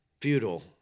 futile